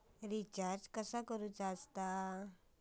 Recharge कसा करूचा?